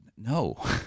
No